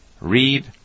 read